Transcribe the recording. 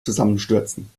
zusammenstürzen